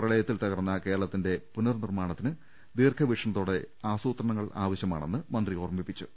പ്രളയത്തിൽ തകർന്ന കേരളത്തിന്റെ പുനർ നിർമ്മാ ണത്തിന് ദീർഘവീക്ഷണത്തോടെ ആസൂത്രണം ആവശ്യമാണെന്ന് മന്ത്രി ഓർമ്മിപ്പിച്ചു